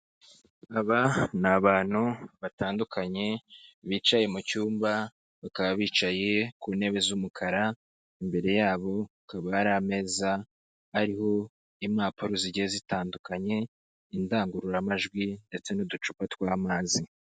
Aba ni abantu batandukanye bicaye mu cyumba bakaba bicaye ku ntebe z'umukara, imbere yabo hakaba hari ameza ariho impapuro zigiye zitandukanye, indangururamajwi ndetse n'uducupa tw'amazi.